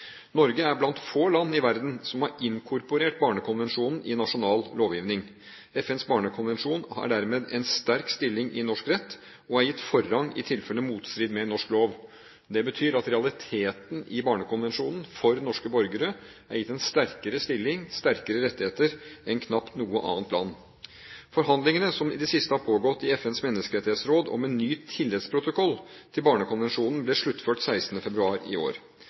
Norge er blant få land i verden som har inkorporert Barnekonvensjonen i nasjonal lovgivning. FNs barnekonvensjon har dermed en sterk stilling i norsk rett, og er gitt forrang i tilfelle motstrid med norsk lov. Det betyr at realiteten i Barnekonvensjonen for norske borgere er at den er gitt en sterkere stilling, og gir sterkere rettigheter enn i knapt noe annet land. Forhandlingene som i det siste har pågått i FNs menneskerettighetsråd om en ny tilleggsprotokoll til Barnekonvensjonen, ble sluttført 16. februar i år.